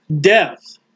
Death